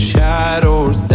Shadows